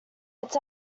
its